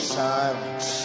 silence